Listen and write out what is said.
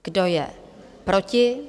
Kdo je proti?